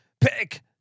Pick